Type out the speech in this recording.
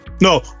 No